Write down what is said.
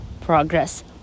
progress